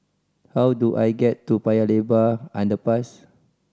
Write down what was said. how do I get to Upper Paya Lebar Underpass